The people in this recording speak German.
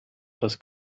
das